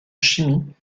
chimie